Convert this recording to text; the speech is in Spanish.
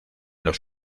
los